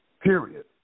period